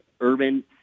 urban